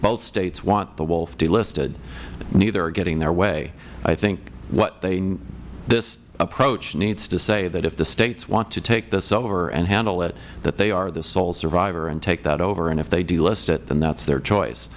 both states want the wolf delisted neither are getting their way i think this approach needs to say that if the states want to take this over and handle it that they are the sole survivor and take that over and if they delist it then that is their choice